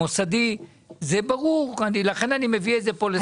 המוסדי זה ברור, לכן אני שם את זה על סדר היום.